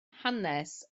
hanes